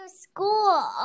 school